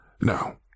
Now